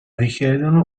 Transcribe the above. richiedono